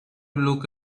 look